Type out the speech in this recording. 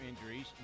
injuries